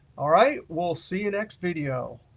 all right, we'll see you next video.